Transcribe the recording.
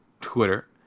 Twitter